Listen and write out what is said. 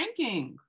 rankings